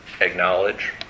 acknowledge